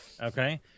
Okay